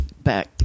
back